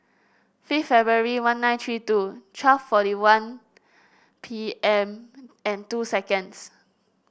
fifth February one nine three two twelve forty one P M and two seconds